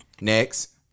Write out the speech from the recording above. Next